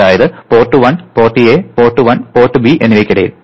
അതായത് port 1 port A port 1 port B എന്നിവയ്ക്കിടയിൽ